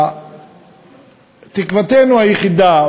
תקוותנו היחידה,